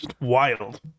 Wild